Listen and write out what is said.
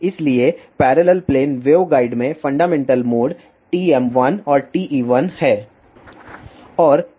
इसलिए parallel plane waveguide में fundamental mode TM1 और TE1 हैं